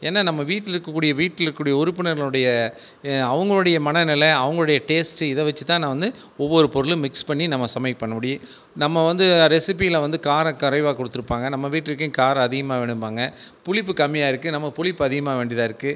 ஏன்னா நம்ம வீட்டில் இருக்கக்கூடிய வீட்டில் இருக்கக்கூடிய உறுப்பினர்களுடைய அவங்களுடைய மனநிலை அவங்களோடைய டேஸ்ட்டு இதை வச்சி தான் நான் வந்து ஒவ்வொரு பொருளும் மிக்ஸ் பண்ணி நம்ம சமையல் பண்ண முடியும் நம்ம வந்து ரெசிப்பியில வந்து காரம் கொறைவாக கொடுத்துருப்பாங்க நம்ம வீட்டுக்கு காரம் அதிகமாக வேணும்பாங்க புளிப்பு கம்மியாக இருக்கு நம்ம புளிப்பு அதிகமா வேண்டியதாக இருக்கு